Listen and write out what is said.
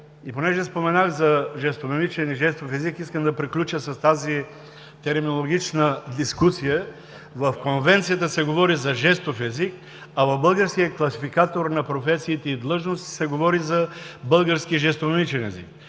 И понеже споменах за жестомимичен и жестов език искам да приключа с тази терминологична дискусия. В Конвенцията се говори за жестов език, а в българския Класификатор на професиите и длъжностите се говори за български жестомимичен език.